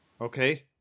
okay